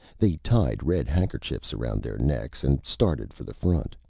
they tied red handkerchiefs around their necks and started for the front,